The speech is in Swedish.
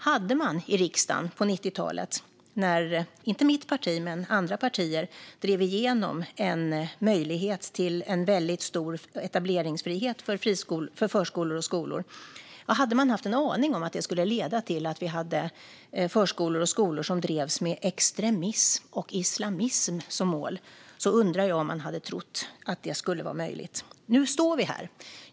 Hade man i riksdagen på 90-talet, när inte mitt parti men andra partier drev igenom möjligheten till en väldigt stor etableringsfrihet för förskolor och skolor, haft en aning om att det skulle leda till att vi har förskolor och skolor som drivs med extremism och islamism som mål undrar jag om man hade trott att det skulle vara möjligt. Nu står vi här.